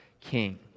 king